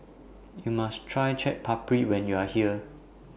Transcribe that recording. YOU must Try Chaat Papri when YOU Are here